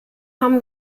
haben